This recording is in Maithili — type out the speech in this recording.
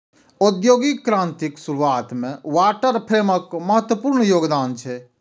औद्योगिक क्रांतिक शुरुआत मे वाटर फ्रेमक महत्वपूर्ण योगदान छै